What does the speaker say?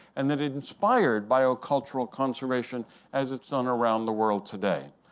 and then it inspired biocultural conservation as it's done around the world today.